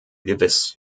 gewiss